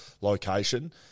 location